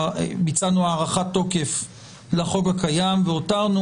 ביצענו הארכת תוקף לחוק הקיים והותרנו